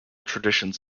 traditions